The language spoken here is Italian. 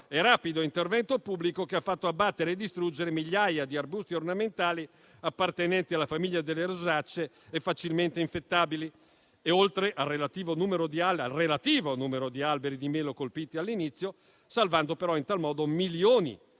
e rapido intervento pubblico, che ha fatto abbattere e distruggere migliaia di arbusti ornamentali appartenenti alla famiglia delle rosacee e facilmente infettabili, oltre al relativo numero di alberi di melo colpiti all'inizio, salvando però in tal modo milioni